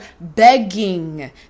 begging